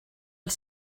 els